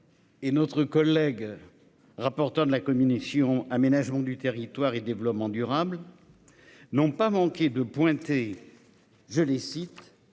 Et notre collègue. Rapporteur de la communication, aménagement du territoire et développement durable. N'ont pas manqué de pointer. Je les cite